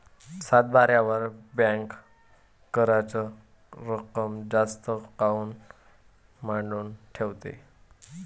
सातबाऱ्यावर बँक कराच रक्कम जास्त काऊन मांडून ठेवते?